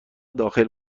داخل